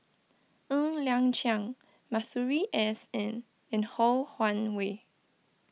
Ng Liang Chiang Masuri S N and Ho Wan Hui